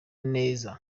neza